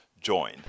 join